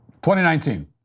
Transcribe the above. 2019